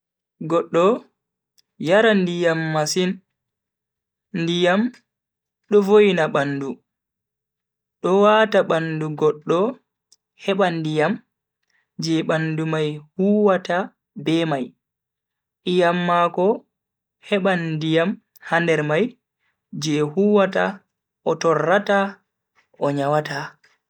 Goddo yara ndiyam masin. ndiyam do voina bandu, do wata bandu goddo heba ndiyam je bandu mai huwata be mai, iyam mako heban ndiyam ha nder mai je huwata o torrata o nyawata.